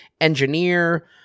engineer